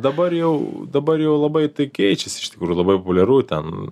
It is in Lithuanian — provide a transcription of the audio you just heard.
dabar jau dabar jau labai tai keičiasi iš tikrųjų labai populiaru ten